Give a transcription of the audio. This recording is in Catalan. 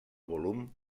volum